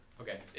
Okay